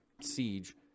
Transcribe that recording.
siege